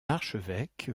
archevêque